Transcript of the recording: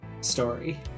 story